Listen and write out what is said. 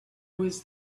was